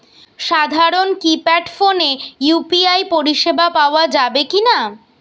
সাধারণ কিপেড ফোনে ইউ.পি.আই পরিসেবা পাওয়া যাবে কিনা?